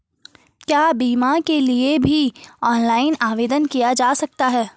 क्या बीमा के लिए भी ऑनलाइन आवेदन किया जा सकता है?